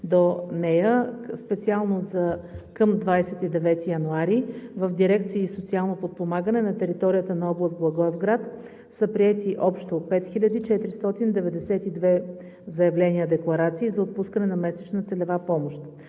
до нея. Специално към 29 януари 2021 г. в дирекции „Социално подпомагане“ на територията на област Благоевград са приети общо 5492 заявления-декларации за отпускане на месечна целева помощ.